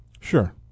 Sure